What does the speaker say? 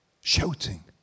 Shouting